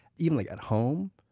even like at home,